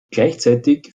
gleichzeitig